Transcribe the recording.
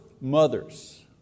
mothers